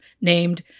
named